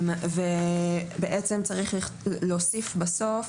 בעצם צריך להוסיף בסוף